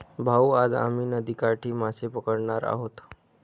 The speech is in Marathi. भाऊ, आज आम्ही नदीकाठी मासे पकडणार आहोत